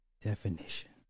definition